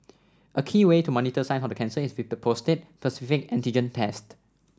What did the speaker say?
a key way to monitor signs of the cancer is with the prostate specific antigen test